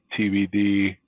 TBD